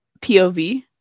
POV